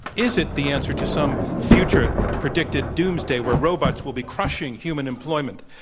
is it the answer to some future predicted doomsday where robots will be crushing human employment?